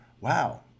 wow